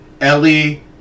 Ellie